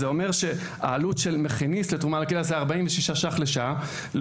היא 46 ₪ לשעה למכיניסט,